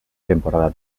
temporada